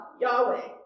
Yahweh